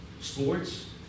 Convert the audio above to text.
Sports